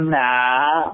now